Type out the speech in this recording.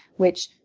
which,